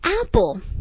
apple